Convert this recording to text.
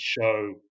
show